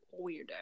weirdo